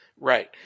Right